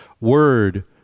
Word